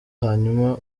hanyuma